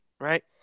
right